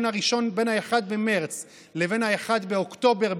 בין 1 במרץ לבין 1 באוקטובר,